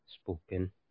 spoken